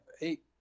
eight